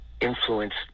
influenced